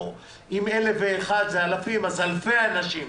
אם 1,001 זה אלפים אז אלפי אנשים,